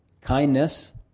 kindness